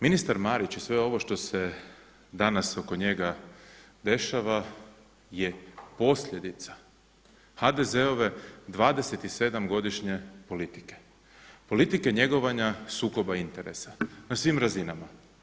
Ministar Marić i sve ovo što se danas oko njega dešava je posljedica HDZ-ove 27 godišnje politike, politike njegovanja sukoba interesa na svim razinama.